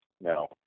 No